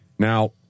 Now